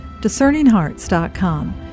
DiscerningHearts.com